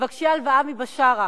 תבקשי הלוואה מבשארה,